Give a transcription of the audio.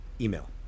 email